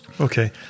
Okay